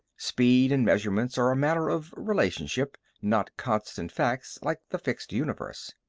speed and measurements are a matter of relationship, not constant facts like the fixed universe.